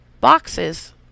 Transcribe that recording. boxes